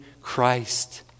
Christ